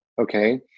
okay